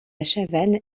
chavanne